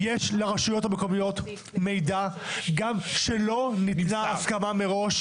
לרשויות המקומיות יש מידע גם כשלא ניתנה הסכמה מראש